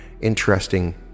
interesting